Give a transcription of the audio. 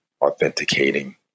authenticating